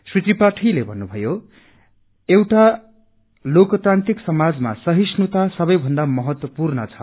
श्री त्रिमाठीले भन्नुभयो एउटा लोकतंत्रिक समाजमा सहिष्णुता सबै भन्दा महत्त्वपूर्ण छ